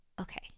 Okay